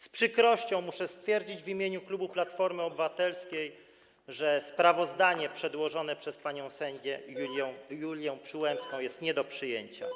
Z przykrością muszę stwierdzić w imieniu klubu Platformy Obywatelskiej, że sprawozdanie przedłożone przez panią sędzię Julię Przyłębską jest nie do przyjęcia.